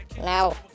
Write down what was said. Now